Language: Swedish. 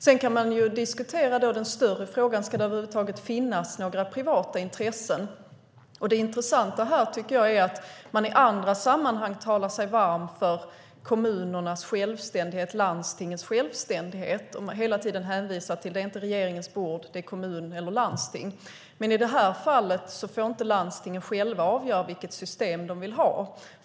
Sedan kan man diskutera den större frågan: Ska det över huvud taget finnas några privata intressen? Det intressanta här tycker jag är att regeringen i andra sammanhang talar sig varm för kommunernas och landstingens självständighet och hela tiden hänvisar till dem. Det är inte regeringens bord utan kommunernas eller landstingens. Men i det här fallet får landstingen inte själva avgöra vilket system de ska ha.